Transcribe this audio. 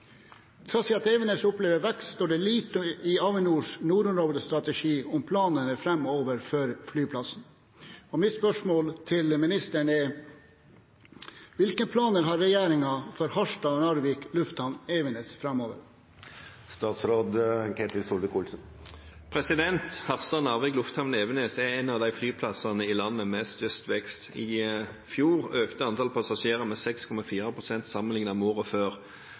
vedtatt at den skal være en QRA-base for nye kampfly. Selv om Evenes opplever vekst, står det lite i Avinors nordområdestrategi om planene fremover for flyplassen. Hvilke planer har regjeringen for Harstad/Narvik lufthavn, Evenes?» Harstad/Narvik lufthavn, Evenes, er en av de flyplassene i landet med størst vekst. I fjor økte antall passasjerer med 6,4 pst. sammenlignet med året før.